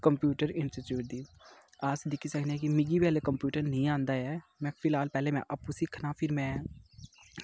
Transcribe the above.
computer institute दी अस दिक्खी सकने कि मिगी बी ऐल्लै कंप्यूटर निं आंदा ऐ में फिलहाल में आपूं सिक्खना फिर में